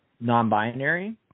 non-binary